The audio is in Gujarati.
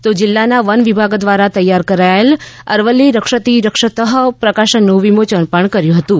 તો જીલ્લાના વન વિભાગ દ્વારા તૈયાર કરાયેલ અરવલ્લી રક્ષતિ રક્ષતઃ પ્રકાશનનું વિમોચન પણ કર્યું હતું